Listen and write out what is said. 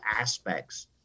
aspects